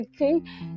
Okay